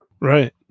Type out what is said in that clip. Right